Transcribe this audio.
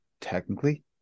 technically